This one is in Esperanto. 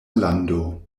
lando